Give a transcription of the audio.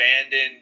abandoned